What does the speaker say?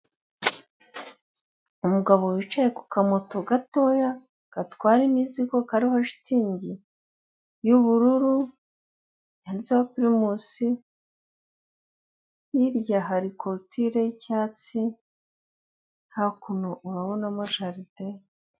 Umugabo wicaye ku kamoto gatoya gatwara imizigo kariho shitingi y'ubururu handitseho pirimusi, hirya hari korotire y'icyatsi, hakuno urabonamo jaride.